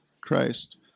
Christ